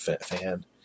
fan